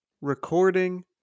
recording